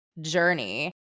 journey